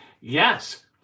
Yes